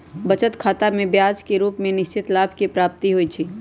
बचत खतामें ब्याज के रूप में निश्चित लाभ के प्राप्ति होइ छइ